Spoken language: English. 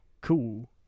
cool